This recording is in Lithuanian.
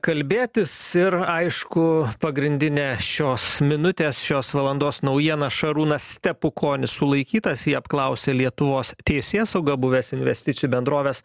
kalbėtis ir aišku pagrindinė šios minutės šios valandos naujiena šarūnas stepukonis sulaikytas jį apklausia lietuvos teisėsauga buvęs investicijų bendrovės